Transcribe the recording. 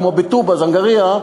כמו בטובא-זנגרייה,